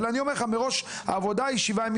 אלא אני אומר לך מראש העבודה היא בכל